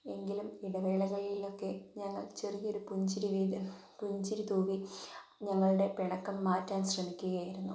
എങ്കിലും ഇടവേളകളിലൊക്കെ ഞങ്ങൾ ചെറിയൊരു പുഞ്ചിരി പുഞ്ചിരി തൂകി ഞങ്ങളുടെ പിണക്കം മാറ്റാൻ ശ്രമിക്കുകയായിരുന്നു